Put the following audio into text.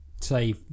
say